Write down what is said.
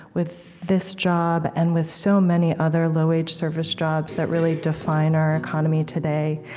with this job and with so many other low-wage service jobs that really define our economy today.